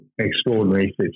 extraordinary